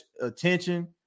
attention